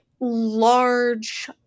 large